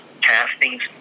castings